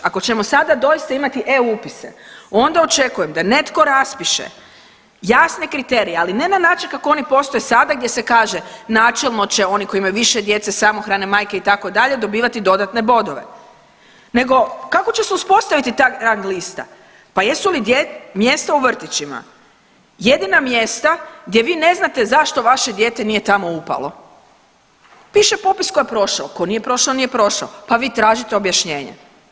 Ako ćemo sada doista imati e-upise onda očekujem da netko raspiše jasne kriterije, ali ne na način kako oni postoje sada gdje se kaže načelno će oni koji imati više djece, samohrane majke itd. dobivati dodatne bodove nego kako će se uspostaviti ta rang lista, pa jesu li mjesta u vrtićima jedina mjesta gdje vi ne znate zašto vaše dijete nije tamo upalo, piše popis ko je prošao, ko nije prošao nije prošao, pa vi tražite objašnjenje.